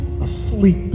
asleep